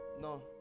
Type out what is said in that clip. no